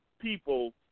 people